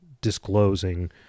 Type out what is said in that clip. disclosing